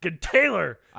Taylor